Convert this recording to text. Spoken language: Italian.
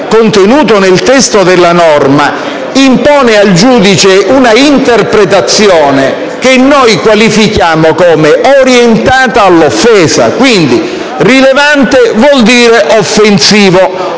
richiamo contenuto nel testo della norma impone al giudice una interpretazione che noi qualifichiamo come orientata all'offesa. Quindi, rilevante vuol dire offensivo